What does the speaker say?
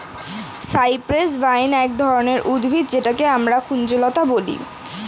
cypress vine এক ধরনের উদ্ভিদ যেটাকে আমরা কুঞ্জলতা বলি